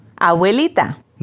Abuelita